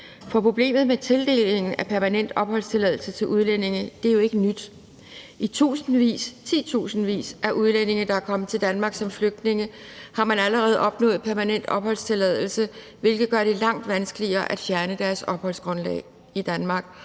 For problemet med tildelingen af permanent opholdstilladelse til udlændinge er jo ikke nyt. Tusindvis – titusindvis – af udlændinge, der er kommet til Danmark som flygtninge, har allerede opnået permanent opholdstilladelse, hvilket gør det langt vanskeligere at fjerne deres opholdsgrundlag i Danmark